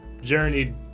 journeyed